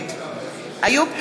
נגד איוב קרא,